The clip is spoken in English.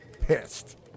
pissed